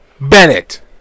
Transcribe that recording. Bennett